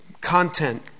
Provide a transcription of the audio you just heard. content